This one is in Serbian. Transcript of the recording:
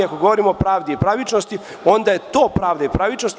Ako govorimo o pravdi i pravičnosti, onda je to pravda i pravičnost.